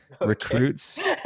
Recruits